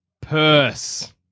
Purse